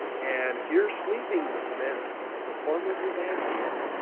and if you're sleeping with men as a form of evangelism